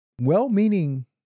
well-meaning